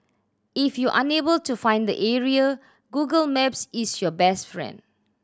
if you unable to find the area Google Maps is your best friend